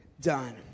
done